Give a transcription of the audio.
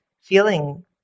feeling